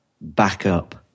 backup